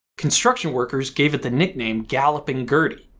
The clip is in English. construction workers gave it the nickname galloping gertie.